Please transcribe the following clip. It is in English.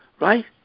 Right